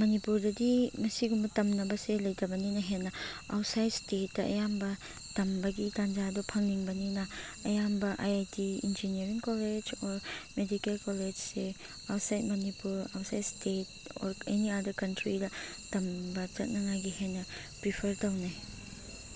ꯃꯅꯤꯄꯨꯔꯗꯗꯤ ꯃꯁꯤꯒꯨꯝꯕ ꯇꯝꯅꯕꯁꯦ ꯂꯩꯇꯕꯅꯤꯅ ꯍꯦꯟꯅ ꯑꯥꯎꯠꯁꯥꯏꯠ ꯏꯁꯇꯦꯠꯇ ꯑꯌꯥꯝꯕ ꯇꯝꯕꯒꯤ ꯇꯟꯖꯥꯗꯨ ꯐꯪꯅꯤꯡꯕꯅꯤꯅ ꯑꯌꯥꯝꯕ I I T engineering college or medical ꯀꯣꯂꯦꯖꯁꯦ outside Manipur outside state or any other ꯀꯟꯇ꯭ꯔꯤꯗ ꯇꯝꯕ ꯆꯠꯅꯉꯥꯏꯒꯤ ꯍꯦꯟꯅ ꯄ꯭ꯔꯤꯐꯔ ꯇꯧꯅꯩ